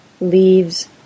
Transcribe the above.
leaves